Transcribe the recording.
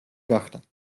გახდა